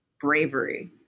bravery